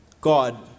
God